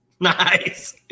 Nice